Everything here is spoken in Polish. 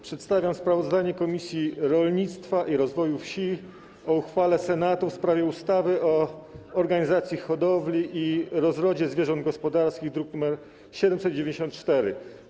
Przedstawiam sprawozdanie Komisji Rolnictwa i Rozwoju Wsi o uchwale Senatu w sprawie ustawy o organizacji hodowli i rozrodzie zwierząt gospodarskich, druk nr 794.